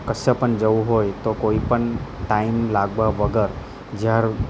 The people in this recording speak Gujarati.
કશે પન જવું હોય તો કોઈ પન ટાઈમ લાગવા વગર જ્યાં